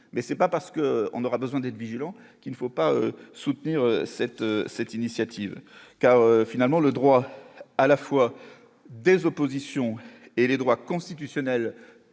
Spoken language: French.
mais c'est pas parce que on aura besoin d'être vigilant, qu'il ne faut pas soutenir cette cette initiative car finalement le droit à la fois des oppositions et les droits constitutionnels